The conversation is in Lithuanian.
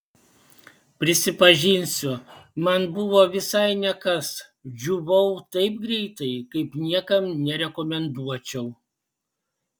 prisipažinsiu man buvo visai ne kas džiūvau taip greitai kaip niekam nerekomenduočiau